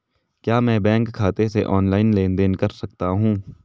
क्या मैं बैंक खाते से ऑनलाइन लेनदेन कर सकता हूं?